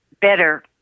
better